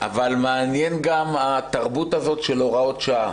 אבל מעניינת גם התרבות של הוראות שעה